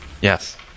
Yes